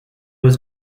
was